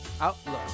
outlook